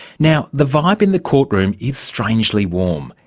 now the vibe in the court room is strangely warm.